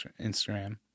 instagram